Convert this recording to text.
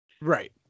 Right